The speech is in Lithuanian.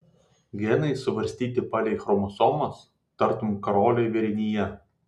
genai suvarstyti palei chromosomas tartum karoliai vėrinyje